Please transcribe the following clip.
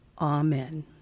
amen